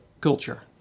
culture